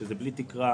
שזה בלי תקרה.